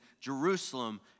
Jerusalem